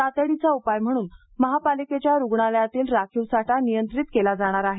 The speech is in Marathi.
तातडीचा उपाय म्हणून महापालिकेच्या रूग्णालयातील राखीव साठा नियंत्रित केला जाणार आहे